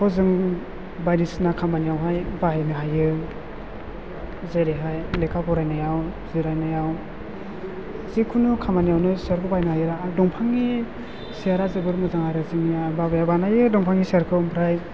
बेखौ जों बायदिसिना खामानियावहाय बाहायनो हायो जेरैहाय लेखा फरायनायाव जिरायनायाव जिखुनु खामानियावनो सियारखौ बाहायनो हायो दंफांनि सियारा जोबोर मोजां आरो जोंनिया बाबाया बानायो दंफांनि सियारखौ ओमफ्राय